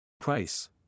Price